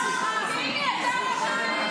הצבעה.